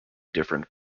different